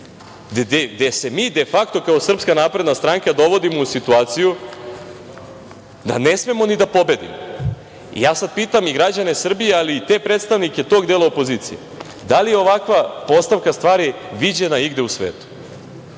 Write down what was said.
gde se mi defakto kao Srpska napredna stranka dovodimo u situaciju da ne smemo ni da pobedimo. Ja sad pitam i građane Srbije, ali i te predstavnike tog dela opozicije – da li je ovakva postavka stvari viđena igde u svetu